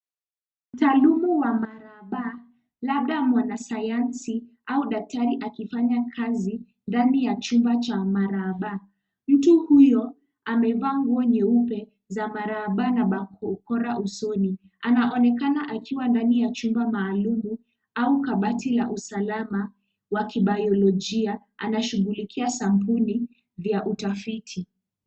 Mtaalumu wa marahaba labda mwanasayansi au daktari akifanya kazi ndani ya chumba cha marahaba. Mtu huyo amevaa nguo nyeupe za marahaba na barakoa usoni. Anaonekana akiwa ndani ya chumba maalum au kabati la usalama wa kibayologia anashuighulikia sampuli vya utafiti.